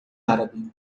árabe